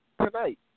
tonight